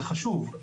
זה חשוב,